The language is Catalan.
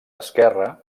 esquerre